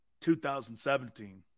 2017